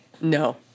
No